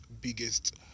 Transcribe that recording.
biggest